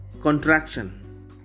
Contraction